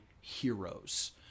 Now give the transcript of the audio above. heroes